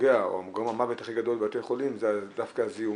הפוגע או גורם המוות הכי גדול בבתי חולים זה דווקא הזיהומים.